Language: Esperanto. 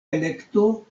elekto